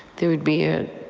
there would be a